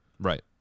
right